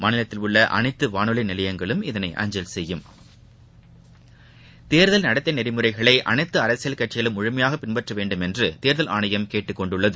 மாநிலத்தில் உள்ள அனைத்து வானொலி நிலையங்களும் இதனை அஞ்சல் செய்யும் தேர்தல் நடத்தை நெறிமுறைகளை அனைத்து அரசியல் கட்சிகளும் முழுமையாக பின்பற்ற வேண்டுமென்று தேர்தல் ஆணையம் கேட்டுக் கொண்டுள்ளது